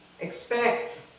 expect